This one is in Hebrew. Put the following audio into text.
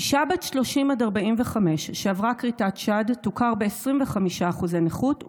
אישה בת 30 45 שעברה כריתת שד תוכר ב-25% נכות,